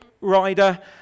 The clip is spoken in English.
rider